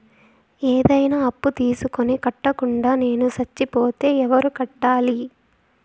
ఏదైనా అప్పు తీసుకొని కట్టకుండా నేను సచ్చిపోతే ఎవరు కట్టాలి?